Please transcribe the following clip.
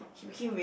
he became